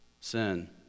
sin